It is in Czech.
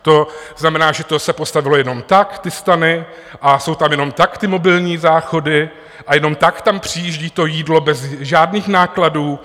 To znamená, že to se postavilo jenom tak, ty stany, a jsou tam jenom tak ty mobilní záchody a jenom tak tam přijíždí to jídlo bez žádných nákladů?